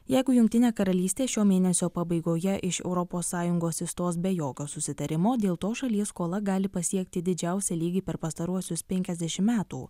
jeigu jungtinė karalystė šio mėnesio pabaigoje iš europos sąjungos išstos be jokio susitarimo dėl to šalies skola gali pasiekti didžiausią lygį per pastaruosius penkiasdešimt metų